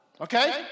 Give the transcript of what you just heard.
Okay